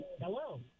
Hello